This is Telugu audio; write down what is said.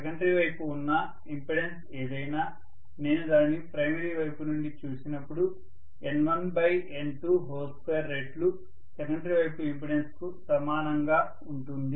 సెకండరీ వైపు ఉన్న ఇంపెడెన్స్ ఏదైనా నేను దానిని ప్రైమరీ వైపు నుండి చూసినప్పుడుN1N22 రెట్లు సెకండరీ వైపు ఇంపెడెన్స్ కు సమానంగా ఉంటుంది